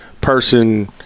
person